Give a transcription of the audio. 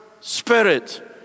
spirit